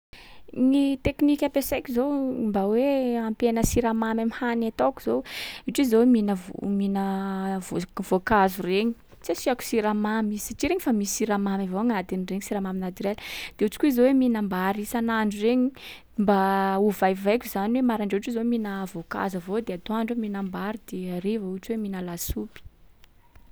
Gny tekniky ampiasaiko zao mba hoe ampihena siramamy am'hany ataoko zao, ohatra zao mihina vo- mihina vosk- voankazo regny, tsy asiàko siramamy satria regny fa misy siramamy avao agnatin’regny, siramamy naturel. De ohatry koa zao hoe mihinam-bary isan’andro regny, mba ovaivaiko zany hoe maraindray ohatra hoe zao mihina voankazo avao de atoandro mihinam-bary de hariva ohatra hoe mihina lasopy.